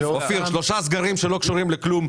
בחייך, שלושה סגרים שלא קשורים לכלום.